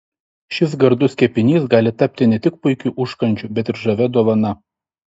šis gardus kepinys gali tapti ne tik puikiu užkandžiu bet ir žavia dovana